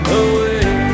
away